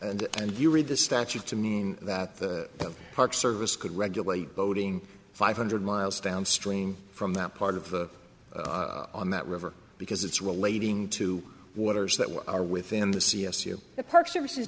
and and you read the statute to mean that the park service could regulate voting five hundred miles downstream from that part of the on that river because it's relating to waters that were are within the c s u the park service